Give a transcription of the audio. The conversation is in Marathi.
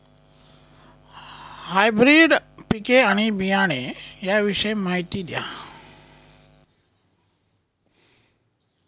हायब्रिडची पिके आणि बियाणे याविषयी माहिती द्या